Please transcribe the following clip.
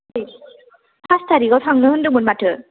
ए पास तारिखाव थांगोन होनदोंमोन माथो